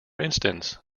instance